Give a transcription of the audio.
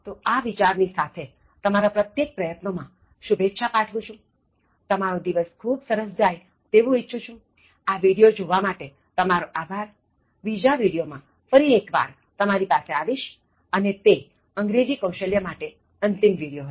તો આ વિચારની સાથે તમારા પ્રત્યેક પ્રયત્નો માં શુભેચ્છા પાઠવું છુંતમારો દિવસ ખૂબ સરસ જાય તેવું ઇચ્છું છુંઆ વિડિયો જોવા માટે તમારો આભારબીજા વિડિયો મા ફરી એક વાર તમારી પાસે આવીશ અને તે અંગ્રેજી કૌશલ્ય માટે અંતિમ વિડિયો હશે